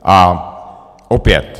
A opět.